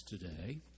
today